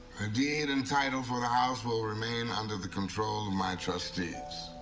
ah deed and title for the house will remain under the control of my trustees.